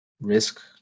risk